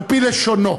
על-פי לשונו,